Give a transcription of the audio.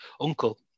uncle